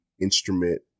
instrument